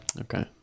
okay